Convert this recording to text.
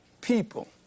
people